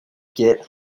get